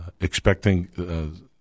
expecting